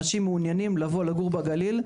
אנשים מעוניינים לבוא לגור בגליל,